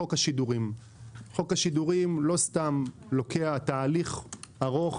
חוק השידורים חוק השידורים הוא לא סתם תהליך ארוך.